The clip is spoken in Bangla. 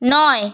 নয়